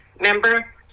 remember